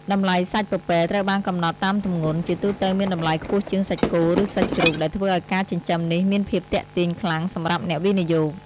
តម្លៃសាច់ពពែត្រូវបានកំណត់តាមទម្ងន់ ជាទូទៅមានតម្លៃខ្ពស់ជាងសាច់គោឬសាច់ជ្រូក ដែលធ្វើឲ្យការចិញ្ចឹមនេះមានភាពទាក់ទាញខ្លាំងសម្រាប់អ្នកវិនិយោគ។